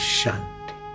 Shanti